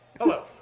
Hello